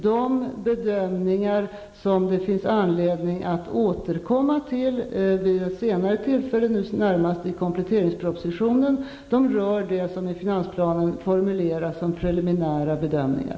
De bedömningar som det finns anledning att återkomma till vid ett senare tillfälle, nu närmast i kompletteringspropositionen, rör det som i finansplanen formuleras som preliminära bedömningar.